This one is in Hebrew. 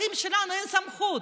לפקחים אין סמכות,